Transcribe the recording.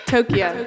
Tokyo